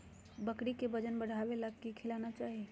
बकरी के वजन बढ़ावे ले की खिलाना चाही?